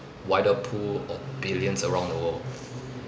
wider pool or billions around the world